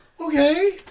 Okay